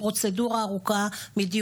שהוצאו להורג בצורה ברוטלית.